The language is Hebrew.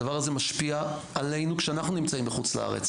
הדבר הזה משפיע עלינו כשאנחנו נמצאים מחוץ לארץ